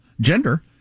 gender